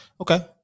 okay